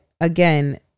again